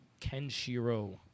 Kenshiro